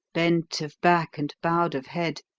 bent of back and bowed of head,